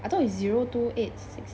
I thought is zero two eight six